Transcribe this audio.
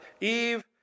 Eve